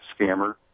scammer